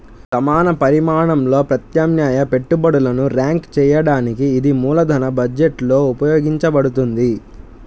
సమాన పరిమాణంలో ప్రత్యామ్నాయ పెట్టుబడులను ర్యాంక్ చేయడానికి ఇది మూలధన బడ్జెట్లో ఉపయోగించబడుతుంది